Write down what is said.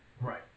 right